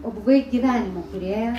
o buvai gyvenimo kūrėja